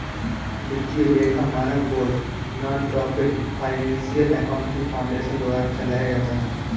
वित्तीय लेखा मानक board nonprofit financial accounting foundation द्वारा चलाया जाता है